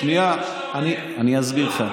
שנייה, אני אסביר לך.